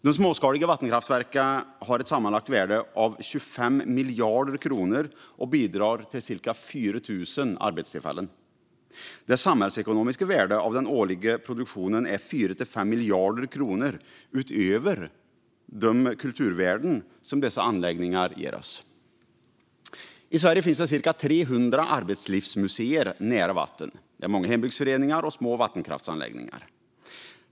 De småskaliga vattenkraftverken har ett sammanlagt värde av 25 miljarder kronor och bidrar till cirka 4 000 arbetstillfällen. Det samhällsekonomiska värdet av den årliga produktionen är 4-5 miljarder kronor, utöver de kulturvärden dessa anläggningar ger oss. I Sverige finns cirka 300 arbetslivsmuseer nära vatten, många hembygdsföreningar och små vattenkraftanläggningar.